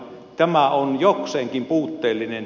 tämä on jokseenkin puutteellinen